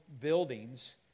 buildings